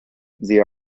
they